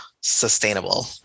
sustainable